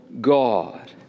God